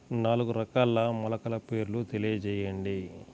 నాలుగు రకాల మొలకల పేర్లు తెలియజేయండి?